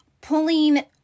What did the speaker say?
pulling